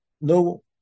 no